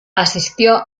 asistió